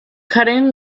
cutting